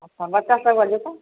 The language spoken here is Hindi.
अच्छा बच्चा सब वाले का